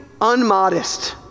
unmodest